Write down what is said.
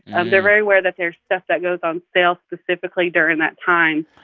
um they're very aware that there's stuff that goes on sale specifically during that time.